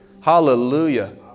Hallelujah